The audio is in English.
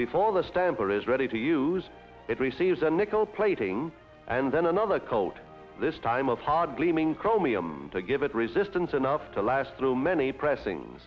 before the stamper is ready to use it receives a nickel plating and then another coat this time of hard gleaming chromium to give it resistance enough to last through many pressing